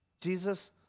Jesus